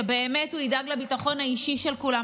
שבאמת הוא ידאג לביטחון האישי של כולם.